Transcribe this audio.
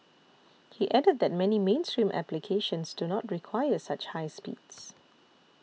he added that many mainstream applications do not quite require such high speeds